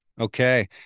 okay